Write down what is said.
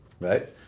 Right